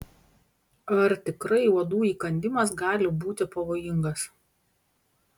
ar tikrai uodų įkandimas gali būti pavojingas